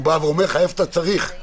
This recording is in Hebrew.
הוא אומר לך איפה אתה צריך.